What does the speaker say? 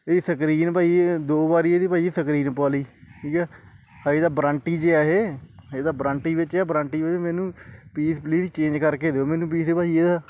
ਇਹ ਸਕਰੀਨ ਬਾਈ ਇਹ ਦੋ ਵਾਰ ਇਹਦੀ ਭਾਅ ਜੀ ਸਕਰੀਨ ਪਵਾ ਲਈ ਠੀਕ ਆ ਹਜੇ ਤਾਂ ਬਰਾਂਟੀ 'ਚ ਹੈ ਇਹ ਹਜੇ ਤਾਂ ਬਰਾਂਟੀ ਵਿੱਚੇ ਆ ਬਰਾਂਟੀ ਵੇ ਮੈਨੂੰ ਪੀਸ ਪਲੀਜ ਚੇਂਜ ਕਰਕੇ ਦਿਓ ਮੈਨੂੰ ਪੀਸ ਭਾਅ ਜੀ ਇਹਦਾ